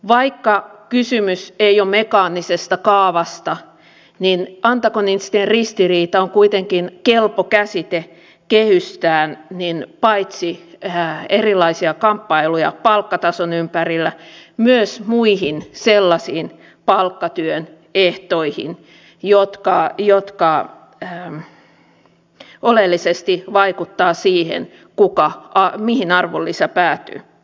vaikka kysymys ei ole mekaanisesta kaavasta niin antagonistinen ristiriita on kuitenkin kelpo käsite kehystää paitsi erilaisia kamppailuja palkkatason ympärillä myös muita sellaisia palkkatyön ehtoja jotka oleellisesti vaikuttavat siihen mihin arvonlisä päätyy